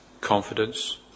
confidence